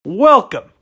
Welcome